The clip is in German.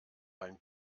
ein